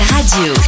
Radio